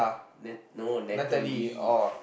Nat no Natalie